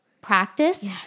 practice